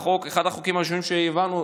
אחד החוקים הראשונים שהעברנו,